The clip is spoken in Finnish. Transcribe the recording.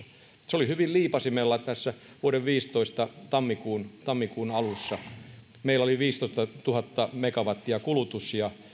se oli hyvin liipaisimella tässä vuoden viisitoista tammikuun tammikuun alussa kun meillä oli viisitoistatuhatta megawattia kulutus ja